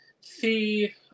see